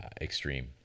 extreme